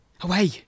Away